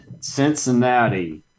Cincinnati